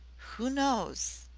who knows,